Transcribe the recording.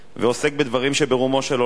ועוסק בדברים שברומו של עולם,